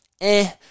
eh-